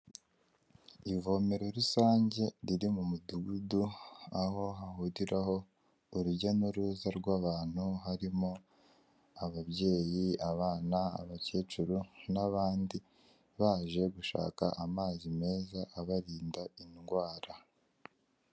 Ivomero rusange riri mu mudugudu aho hahuriraho urujya n'uruza rw'abantu, harimo ababyeyi, abana, abakecuru n'abandi, baje gushaka amazi meza abarinda indwara.